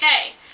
Okay